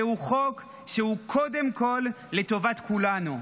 זהו חוק שהוא קודם כול לטובת כולנו.